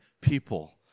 people